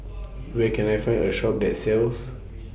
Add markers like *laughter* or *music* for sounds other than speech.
*noise* Where Can I Find A Shop that sells